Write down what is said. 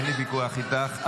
אין לי ויכוח איתך,